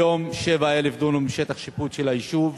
היום, 7,000 דונם שטח השיפוט של היישוב.